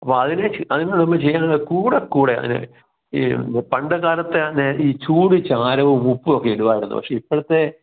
അപ്പം അതിനെ അതുങ്ങളെ ഒന്നും ചെയ്യാൻ കൂടെ കൂടെ അതിനെ ഈ പണ്ട് കാലത്ത് ചൂടു ചാരവും ഉപ്പും ഒക്കെ ഇടുവായിരുന്നു പക്ഷേ ഇപ്പോഴത്തെ